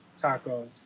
tacos